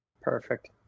Perfect